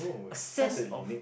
a sense of